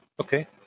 okay